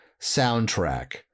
soundtrack